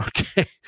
okay